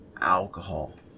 alcohol